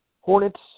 Hornets